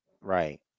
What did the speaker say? Right